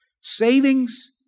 savings